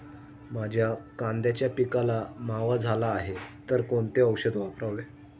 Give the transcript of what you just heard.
माझ्या कांद्याच्या पिकाला मावा झाला आहे तर कोणते औषध वापरावे?